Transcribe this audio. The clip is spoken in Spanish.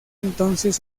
entonces